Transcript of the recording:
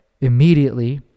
immediately